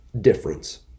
difference